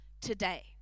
today